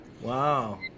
Wow